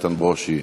איתן ברושי?